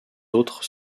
autres